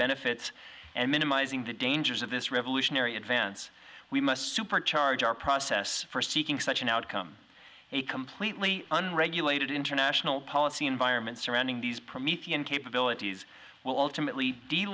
benefits and minimizing the dangers of this revolutionary advance we must supercharge our process for seeking such an outcome a completely unregulated international policy environment surrounding these promethean capabilities will ultimately d